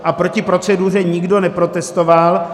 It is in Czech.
A proti proceduře nikdo neprotestoval.